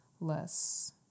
less